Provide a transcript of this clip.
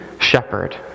shepherd